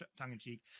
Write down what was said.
tongue-in-cheek